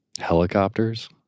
helicopters